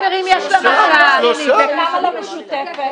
הועברו כבר לוועדה לקידום מעמד האישה,